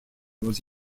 was